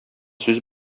сүз